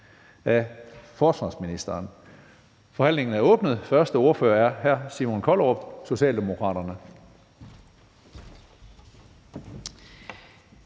(Karsten Hønge): Forhandlingen er åbnet. Den første ordfører er hr. Simon Kollerup, Socialdemokraterne.